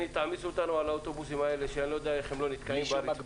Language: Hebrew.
תעמיסו אותנו על האוטובוסים האלה שאני לא יודע איך הם לא נתקעים ברצפה.